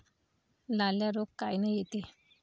लाल्या रोग कायनं येते?